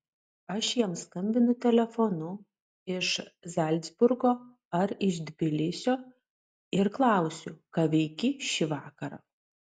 aš jam skambinu telefonu iš zalcburgo ar iš tbilisio ir klausiu ką veiki šį vakarą